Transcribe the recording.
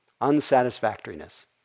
unsatisfactoriness